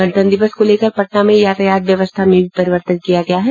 गणतंत्र दिवस को लेकर पटना में यातायात व्यवस्था में भी परिवर्तन किया गया है